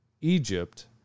Egypt